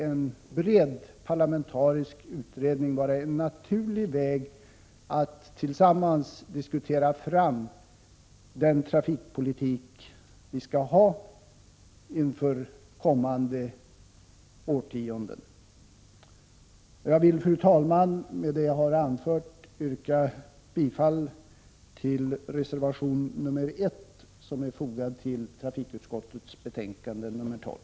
En bred parlamentarisk utredning borde vara en naturlig väg att tillsammans diskutera fram den trafikpolitik som skall gälla inför kommande årtionden. Jag vill, fru talman, med det jag har anfört yrka bifall till reservation 1 som är fogad till trafikutskottets betänkande 12.